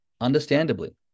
understandably